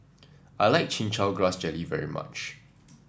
I like Chin Chow Grass Jelly very much